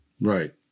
Right